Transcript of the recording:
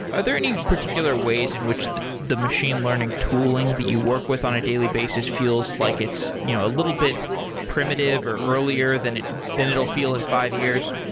are there any particular ways in which the the machine learning tooling that you work with on a daily basis feels like it's you know a little bit primitive or earlier than it than it will feel in five years?